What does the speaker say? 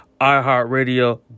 iHeartRadio